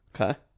Okay